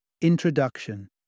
Introduction